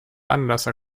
anlasser